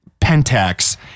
pentax